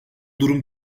durum